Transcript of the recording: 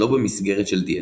שלא במסגרת של דיאטה.